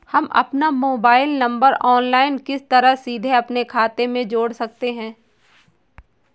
हम अपना mobile number online किस तरह सीधे अपने खाते में जोड़ सकते हैं?